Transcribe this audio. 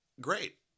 great